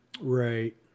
Right